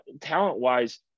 talent-wise